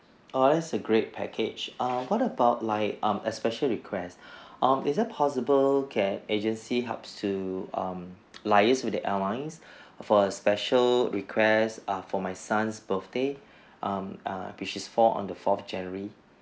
oh that's a great package err what about like um a special request um is that possible that agency helps to um liase with the airlines for a special request um for my son's birthday um err which is falls on the fourth january